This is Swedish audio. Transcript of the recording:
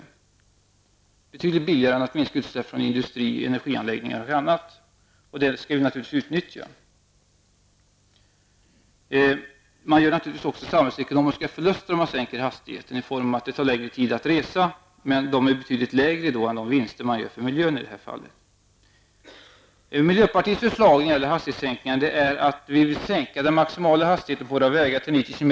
Det är betydligt billigare än att minska utsläpp från industrier, energianläggningar och annat, och det skall vi naturligtvis utnyttja. Om man sänker hastigheten gör man naturligtvis också samhällsekonomiska förluster genom att det tar längre tid att resa, men de är i detta fall betydligt mindre än de vinster som man gör för miljön. Miljöpartiets förslag till hastighetssänkningar innebär att vi generellt vill sänka den maximala hastigheten på våra vägar till 90 km/tim.